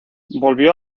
volvió